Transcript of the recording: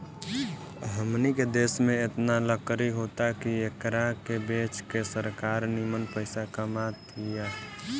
हमनी के देश में एतना लकड़ी होता की एकरा के बेच के सरकार निमन पइसा कमा तिया